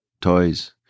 toys